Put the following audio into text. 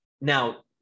Now